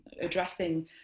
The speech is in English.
addressing